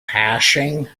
hashing